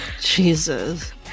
jesus